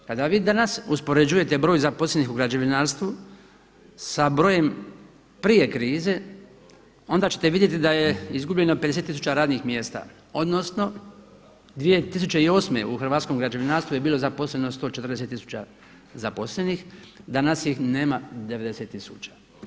Kada vi danas uspoređujete broj zaposlenih u građevinarstvu sa brojem prije krize, onda ćete vidjeti da je izgubljeno 50 tisuća radnih mjesta odnosno 2008. u hrvatskom građevinarstvu je bilo zaposleno 140 tisuća zaposlenih, danas ih nema 90 tisuća.